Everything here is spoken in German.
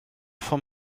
von